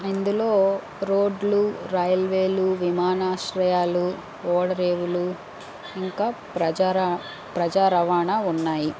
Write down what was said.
ఇందులో రోడ్లు రైల్వేలు విమానాశ్రయాలు ఓడరేవులు ఇంకా ప్రజా ప్రజారవాణా ఉన్నాయి